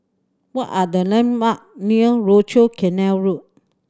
what are the landmark near Rochor Canal Road